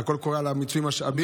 הוצאתם קול קורא על מיצוי המשאבים?